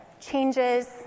changes